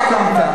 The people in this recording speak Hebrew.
אתה הקמת?